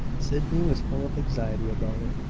sydney was full of anxiety about it.